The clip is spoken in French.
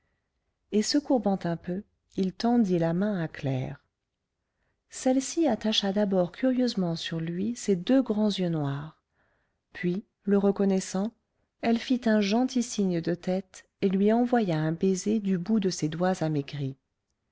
et se courbant un peu il tendit la main à claire celle-ci attacha d'abord curieusement sur lui ses deux grands yeux noirs puis le reconnaissant elle fit un gentil signe de tête et lui envoya un baiser du bout de ses doigts amaigris